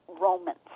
Romans